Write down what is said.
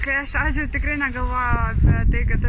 kai aš azijoj tikrai negalvojau apie tai kad